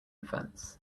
fence